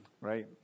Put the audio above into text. Right